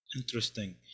interesting